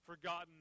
forgotten